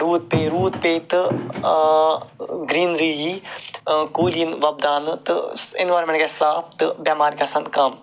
روٗد پے روٗد پے تہٕ گریٖنری یی کُلۍ یِنۍ وۄپداونہٕ تہٕ اِیٚنوارمٮ۪نٛٹ گَژھِ صاف تہٕ بٮ۪مارِ گَژھن کَم